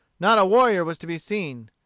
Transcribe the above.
not a warrior was to be seen.